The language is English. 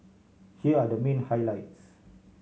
here are the main highlights